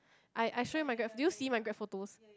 I I show you my grad did you see my grad photos